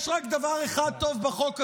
יש רק דבר אחד טוב בחוק הזה: